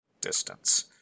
distance